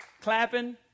clapping